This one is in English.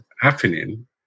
happening